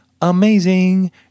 amazing